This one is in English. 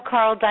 Carl